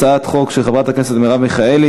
הצעת חוק של חברת הכנסת מרב מיכאלי,